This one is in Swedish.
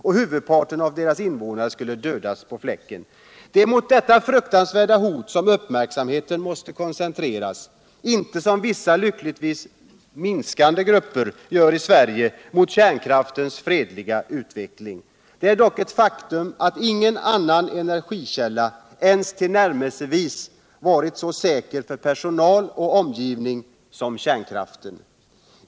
och huvudparten av deras invånare skulle dödas på fläcken.” Det är not detta fruktansvärda hot som uppmärksamheten måste koncentreras, inte — som vissa lyckligtvis minskande grupper gör i Sverige — mot kärnkraftens fredliga utveckling. Det är dock ett faktum att ingen annan energikälla ens tillnärmelsevis varit så säker för personal och omgivning som kärnkraften.